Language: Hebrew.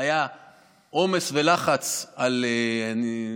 היה עומס ולחץ בריאגנטים,